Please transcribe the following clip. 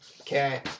Okay